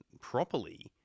properly